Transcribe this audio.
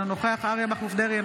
אינו נוכח אריה מכלוף דרעי,